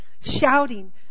shouting